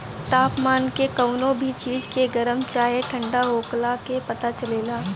तापमान के कवनो भी चीज के गरम चाहे ठण्डा होखला के पता चलेला